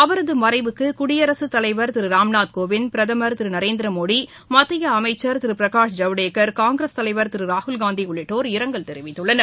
அவரதுமறைவுக்குகுடியரசுத்தலைவர் திருராம்நாத் கோவிந்த் பிரதமர் திருநரேந்திரமோடி மத்தியஅமைச்சர் திருபிரகாஷ் ஜவடேகர் காங்கிரஸ் தலைவர் திருராகுல்காந்தி உள்ளிட்டோர் இரங்கல் தெரிவித்துள்ளனர்